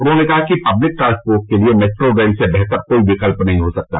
उन्होंने कहा कि पब्लिक ट्रांसपोर्ट के लिये मेट्रो रेल से बेहतर कोई विकल्प नही हो सकता